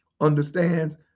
understands